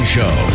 Show